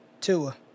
Tua